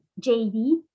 JD